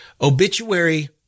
Obituary